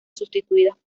sustituidas